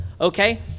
okay